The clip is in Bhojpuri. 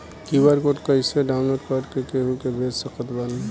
क्यू.आर कोड कइसे डाउनलोड कर के केहु के भेज सकत बानी?